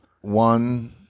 one